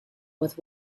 with